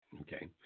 Okay